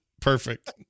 Perfect